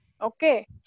Okay